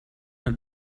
mit